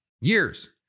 Years